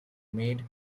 made